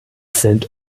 sind